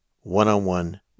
one-on-one